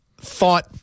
thought